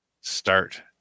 start